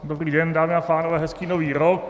Dobrý den, dámy a pánové, hezký nový rok.